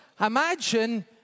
imagine